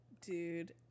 Dude